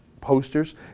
posters